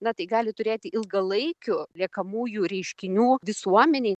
na tai gali turėti ilgalaikių liekamųjų reiškinių visuomenėj